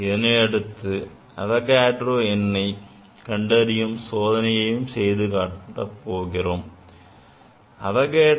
இதனை அடுத்து Avogadro எண்ணை கண்டறியும் சோதனையை செய்து பார்க்க போகிறோம்